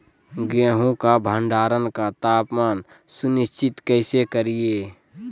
गेहूं का भंडारण का तापमान सुनिश्चित कैसे करिये?